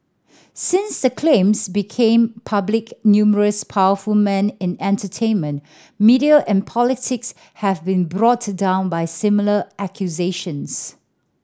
since the claims became public numerous powerful men in entertainment media and politics have been brought down by similar accusations